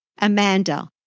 Amanda